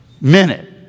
minute